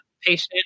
patient